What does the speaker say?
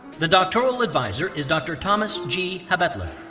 the doctoral advisor is dr. thomas g. habetler.